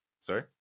Sorry